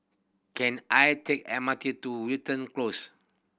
can I take M R T to Wilton Close